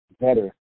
better